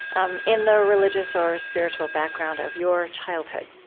um in the religious or spiritual background of your childhood